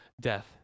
death